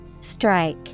Strike